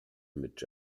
mit